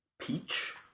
peach